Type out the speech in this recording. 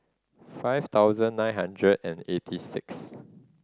five thousand nine hundred and eighty six